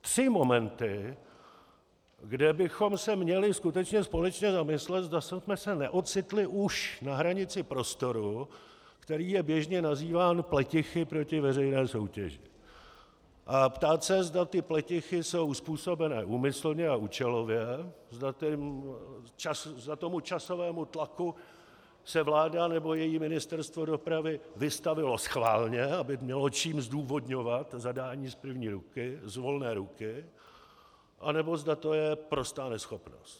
Tři momenty, kde bychom se měli skutečně společně zamyslet, zda jsme se neocitli už na hranici prostoru, který je běžně nazýván pletichy proti veřejné soutěži, a ptát se, zda ty pletichy jsou způsobeny úmyslně a účelově, zda tomu časovému tlaku se vláda nebo Ministerstvo dopravy vystavilo schválně, aby mělo čím zdůvodňovat zadání z volné ruky, anebo zda to je prostá neschopnost.